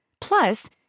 Plus